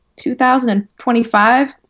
2025